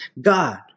God